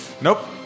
Nope